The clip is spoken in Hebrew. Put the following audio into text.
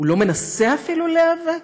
לא מנסה אפילו להיאבק?